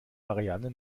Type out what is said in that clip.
marianne